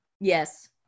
Yes